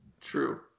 True